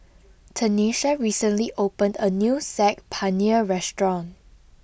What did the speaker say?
Tenisha recently opened a new Saag Paneer restaurant